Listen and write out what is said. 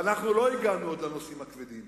ואנחנו עוד לא הגענו לנושאים הכבדים,